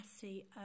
see